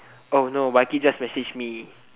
oh no just message me